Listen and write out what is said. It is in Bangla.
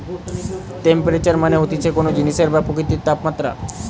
টেম্পেরেচার মানে হতিছে কোন জিনিসের বা প্রকৃতির তাপমাত্রা